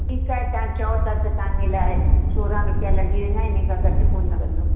ठीकु आहे तव्हां चयो था त तव्हांजे लाइ सोरहं रुपया लॻी वेंदा हिन खां घटि कोन लॻंदो